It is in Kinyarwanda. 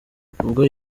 ubwo